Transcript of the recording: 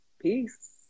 Peace